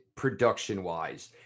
production-wise